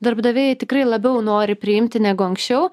darbdaviai tikrai labiau nori priimti negu anksčiau